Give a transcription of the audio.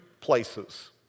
places